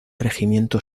regimiento